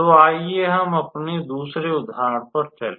तो आइए हम अपने दूसरे उदाहरण पर चलें